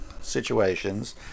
situations